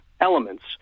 elements